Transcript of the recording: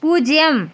பூஜ்ஜியம்